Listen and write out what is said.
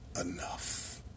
enough